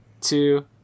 two